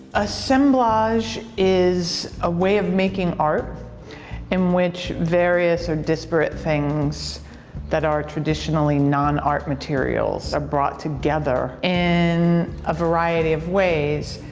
assemblage is a way of making art in which various or disparate things that are traditionally non-art materials are brought together in a variety of ways.